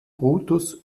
brutus